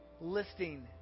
listing